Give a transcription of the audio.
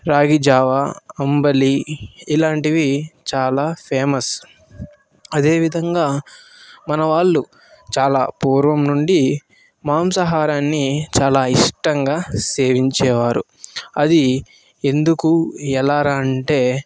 రాగి జావ అంబలి ఇలాంటివి చాలా ఫేమస్ అదే విధంగా మన వాళ్ళు చాలా పూర్వం నుండి మాంసాహారాన్ని చాలా ఇష్టంగా సేవించేవారు అది ఎందుకు ఎలారా అంటే